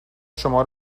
شما